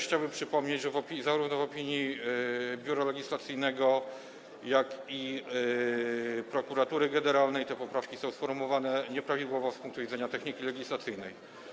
Chciałbym też przypomnieć, że zarówno w opinii Biura Legislacyjnego, jak i Prokuratury Generalnej te poprawki są sformułowane nieprawidłowo z punktu widzenia techniki legislacyjnej.